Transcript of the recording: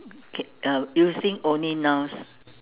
can uh using only nouns